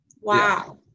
Wow